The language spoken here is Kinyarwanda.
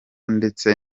ndetse